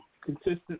consistent